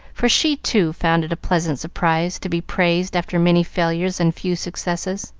for she, too, found it a pleasant surprise to be praised after many failures and few successes.